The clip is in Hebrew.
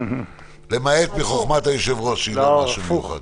למעט מחוכמת היושב-ראש שהיא לא משהו מיוחד.